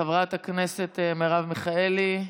חברת הכנסת מרב מיכאלי.